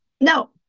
No